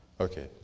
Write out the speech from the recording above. Okay